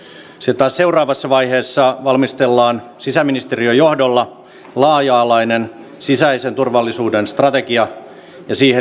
sitten taas seuraavassa vaiheessa valmistellaan sisäministeriön johdolla laaja alainen sisäisen turvallisuuden strategia ja siihen liittyvä toimenpideohjelma